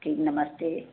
ठीक नमस्ते